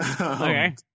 okay